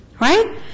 Right